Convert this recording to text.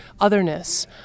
otherness